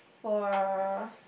for